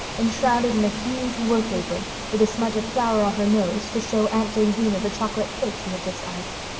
enshrouded in a huge work-apron, with a smudge of flour on her nose, to show aunt jamesina the chocolate cake she had just iced.